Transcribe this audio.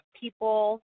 people